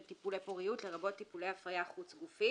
טיפולי פוריות לרבות טיפולי הפריה חוץ גופית"